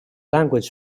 language